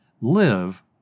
Live